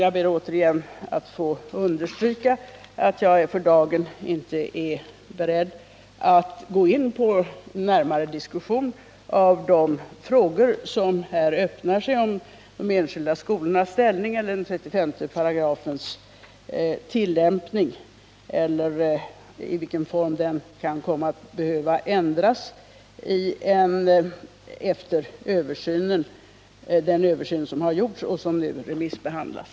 Jag ber att återigen få understryka att jag för dagen inte är beredd att gå in i en närmare diskussion om de frågor som här öppnar sig om de enskilda skolornas ställning, tillämpningen av 35 § eller i vilken form den kan komma att behöva ändras efter den översyn som har gjorts och som nu remissbehandlas.